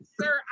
sir